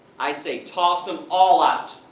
i say toss them all out.